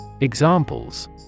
Examples